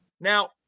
Now